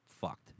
fucked